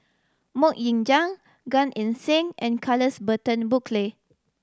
Mok Ying Jang Gan Eng Seng and Charles Burton Buckley